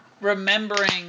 remembering